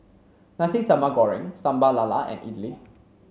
Nasi Sambal Goreng Sambal Lala and idly